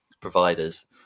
providers